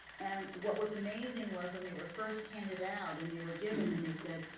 and what was amazing was when they were first handed out and they were given and they said,